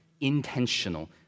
intentional